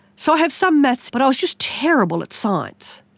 so i have some maths but i was just terrible at science.